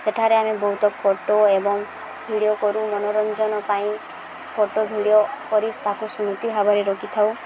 ସେଠାରେ ଆମେ ବହୁତ ଫଟୋ ଏବଂ ଭିଡ଼ିଓ କରୁ ମନୋରଞ୍ଜନ ପାଇଁ ଫଟୋ ଭିଡ଼ିଓ କରି ତାକୁ ସ୍ମୃତି ଭାବରେ ରଖିଥାଉ